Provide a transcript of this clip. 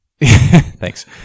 thanks